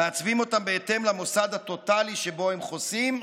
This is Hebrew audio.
מעצבים אותם בהתאם למוסד הטוטלי שבו הם חוסים.